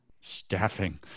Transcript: Staffing